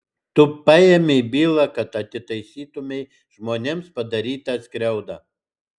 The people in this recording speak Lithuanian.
tu paėmei bylą kad atitaisytumei žmonėms padarytą skriaudą